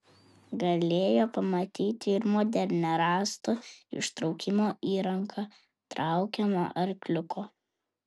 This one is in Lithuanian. galėjo pamatyti ir modernią rąstų ištraukimo įrangą traukiamą arkliuko